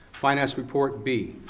financial report b.